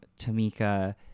Tamika